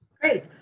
Great